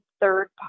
third